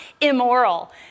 immoral